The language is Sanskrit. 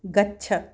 गच्छ